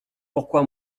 pourquoi